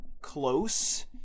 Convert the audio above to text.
close